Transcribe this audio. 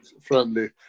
Friendly